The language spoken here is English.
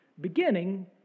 Beginning